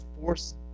force